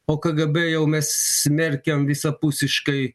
o kgb jau mes smerkiam visapusiškai